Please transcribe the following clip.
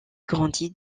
grandit